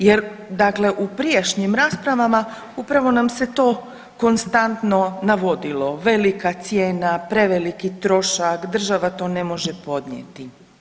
Jer dakle u prijašnjim raspravama upravo nam se to konstantno navodilo velika cijena, preveliki trošak, država to ne može podnijeti.